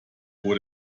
vor